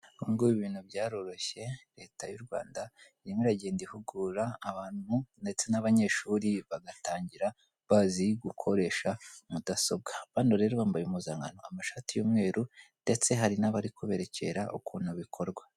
Ubungubu ibintu byaroroshye ,leta y'u Rwanda irimo iragenda ihugura abantu ndetse n'abanyeshuri bagatangira bazi gukoresha mudasobwa. Bano rero bambaye impuzankano n'amashati y'umweru ndetse hari n'abari kubererekera ukuntu bikorwa.